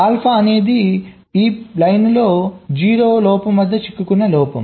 alpha అనేది ఈ పంక్తిలో 0 లోపం వద్ద చిక్కుకున్న లోపం